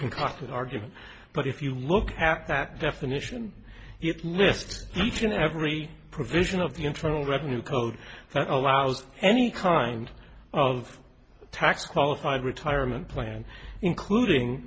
concocted argument but if you look at that definition you can list each and every provision of the internal revenue code that allows any kind of tax qualified retirement plan including